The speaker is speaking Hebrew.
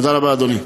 תודה רבה, אדוני.